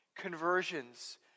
conversions